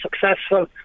successful